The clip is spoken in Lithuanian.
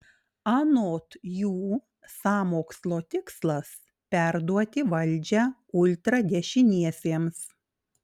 anot jų sąmokslo tikslas perduoti valdžią ultradešiniesiems